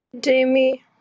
Jamie